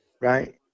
right